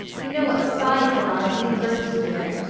you know what spies there are in the university here.